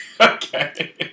Okay